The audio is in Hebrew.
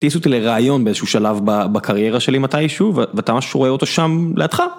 הטיסו אותי לראיון באיזשהו שלב בקריירה שלי מתישהו ואתה ממש רואה אותו שם לידך.